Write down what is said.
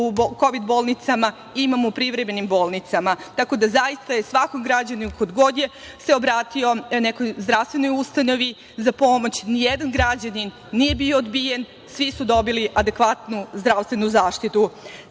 u Kovid bolnicama, imamo u privremenim bolnicama. Tako da zaista je svakom građaninu, ko god se obratio nekoj zdravstvenoj ustanovi za pomoć, ni jedan građanin nije bio odbijen, svi su dobili adekvatnu zdravstvenu zaštitu. Ne